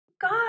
God